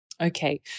Okay